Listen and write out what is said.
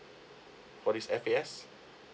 for this F_A_S